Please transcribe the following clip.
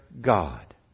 God